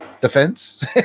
defense